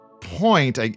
point